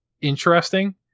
interesting